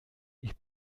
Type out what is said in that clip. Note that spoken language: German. ich